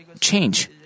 change